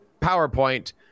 PowerPoint